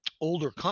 older